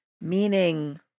meaning